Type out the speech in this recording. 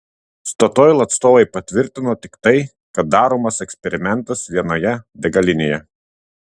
statoil atstovai patvirtino tik tai kad daromas eksperimentas vienoje degalinėje